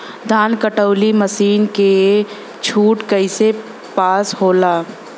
धान कांटेवाली मासिन के छूट कईसे पास होला?